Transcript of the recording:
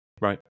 right